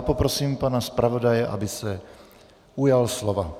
Poprosím pana zpravodaje, aby se ujal slova.